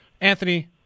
Anthony